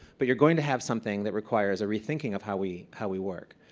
but you're going to have something that requires a rethinking of how we how we work.